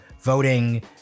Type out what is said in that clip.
voting